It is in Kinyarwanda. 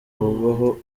avugwaho